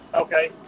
Okay